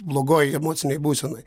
blogoj emocinėj būsenoj